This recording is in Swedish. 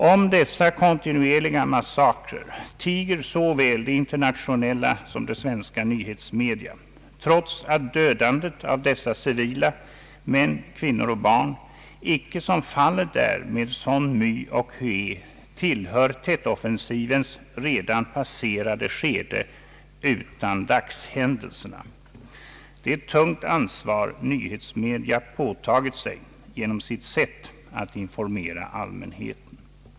Om dessa kontinuerliga massakrer tiger såväl de internationella som de svenska nyhetsmedia trots att dödandet av dessa civila, män, kvinnor och barn, icke som fallet är med Song My och Hué tillhör Tetoffensivens redan passerade skede utan dagshändelserna. Det är ett tungt ansvar nyhetsmedia påtagit sig genom sitt sätt att informera allmänheten.